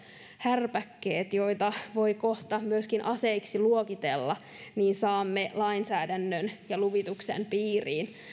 härpäkkeet jotka voi kohta myöskin aseiksi luokitella lainsäädännön ja luvituksen piiriin